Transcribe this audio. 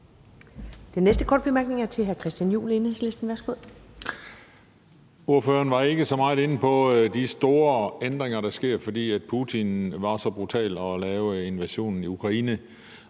Den næste korte bemærkning er fra hr. Christian Juhl, Enhedslisten. Værsgo.